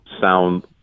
sound